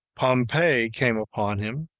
pompey came upon him,